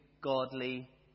godly